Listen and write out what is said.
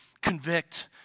convict